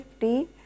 50